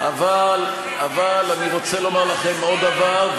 אבל אני רוצה לומר לכם עוד דבר,